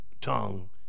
tongue